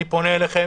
אני פונה אליכם